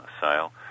sale